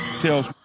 tells